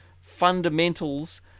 fundamentals